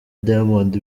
diamond